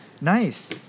Nice